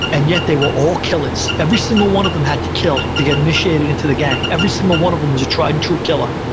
and yet they were all killers. every single one of them had to kill to get initiated into the gang. every single one of them was a tried and true killer.